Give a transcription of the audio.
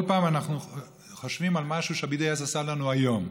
כל פעם אנחנו חושבים על משהו שה-BDS עשה לנו היום,